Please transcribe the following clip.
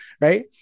Right